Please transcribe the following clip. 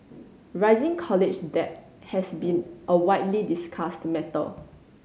rising college debt has been a widely discussed matter